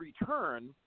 return